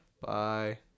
Bye